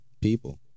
people